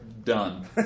Done